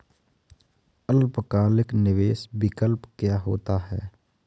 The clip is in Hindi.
अल्पकालिक निवेश विकल्प क्या होता है?